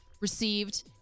received